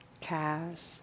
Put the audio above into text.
calves